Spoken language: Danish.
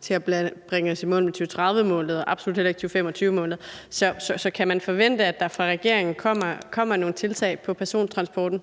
til at bringe os i mål med 2030-målene og absolut heller ikke 2025-målene. Så kan man forvente, at der fra regeringen kommer nogle tiltag på persontransportområdet?